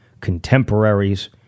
contemporaries